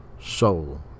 Soul